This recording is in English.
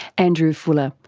andrew fuller,